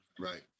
Right